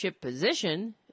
position